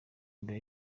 imbere